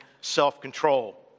self-control